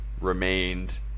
remained